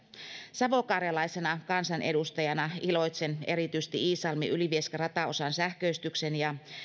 savokarjalaisena kansanedustajana iloitsen erityisesti iisalmi ylivieska rataosan sähköistykseen ja